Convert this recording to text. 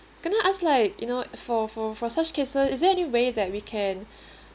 can I ask like you know for for for such cases is there any way that we can